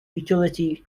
utility